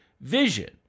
vision